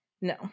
No